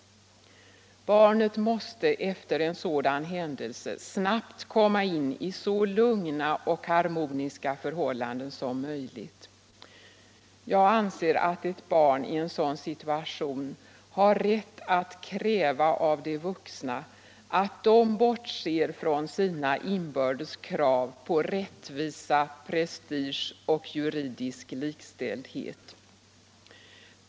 Barnet måste efter en sådan händelse snabbt komma in i så lugna och harmoniska förhållanden som möjligt. Jag anser att ett barn i en sådan situation har rätt att kräva av de vuxna att de bortser från sina inbördes krav på rättvisa, prestige och juridisk likställdhet.